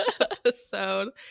episode